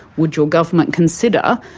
would your government consider,